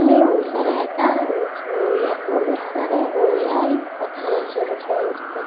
ଆମେ ଓଡ଼ିଶାରେ ଏକା ରହୁଛୁ ଓଡ଼ିଆ ଓଡ଼ିଶାରେ ଓଡ଼ିଆ ହି କଥା ହେଉଛୁ ଆମେ ସମସ୍ତେ